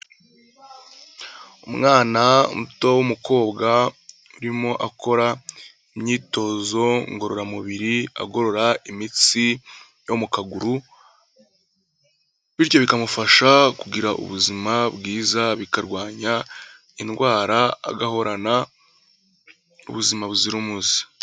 Umwana muto w'umukobwa urimo akora imyitozo ngororamubiri, agorora imitsi yo mu kaguru. Bityo bikamufasha kugira ubuzima bwiza, bikarwanya indwara, agahorana ubuzima buzira umuze.